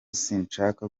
sinshaka